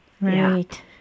right